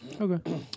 Okay